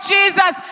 Jesus